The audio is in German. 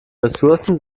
ressourcen